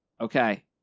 okay